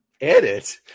edit